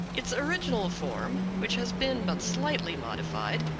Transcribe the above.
its original form, which has been but slightly modified,